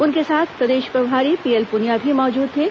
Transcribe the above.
उनके साथ प्रदेश प्रभारी पीएल पुनिया भी मौजूद थे